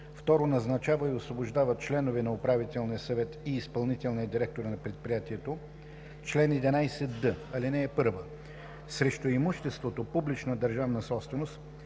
2. назначава и освобождава членовете на управителния съвет и изпълнителния директор на предприятието. Чл. 11д. (1) Срещу имуществото – публична държавна собственост,